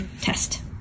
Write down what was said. test